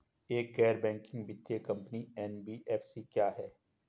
एक गैर बैंकिंग वित्तीय कंपनी एन.बी.एफ.सी क्या है?